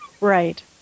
Right